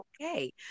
okay